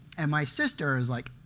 and my sister is like,